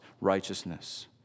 righteousness